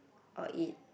or eat